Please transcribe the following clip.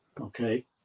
Okay